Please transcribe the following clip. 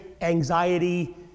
anxiety